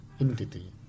entity